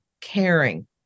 caring